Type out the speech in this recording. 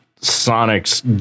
sonic's